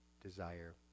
desire